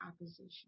opposition